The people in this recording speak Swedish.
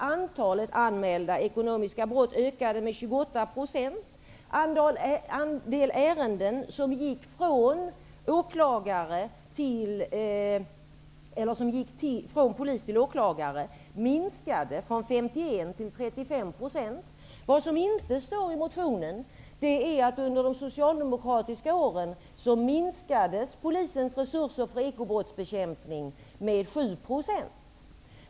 Antalet anmälda ekonomiska brott ökade med 28 %, och andelen ärenden som gick från polis till åklagare minskade från 51 % till 35 %. Vad som inte står i motionen är att under de socialdemokratiska åren minskades polisens resurser för ekobrottsbekämpning med 7 %.